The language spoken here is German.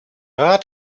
rat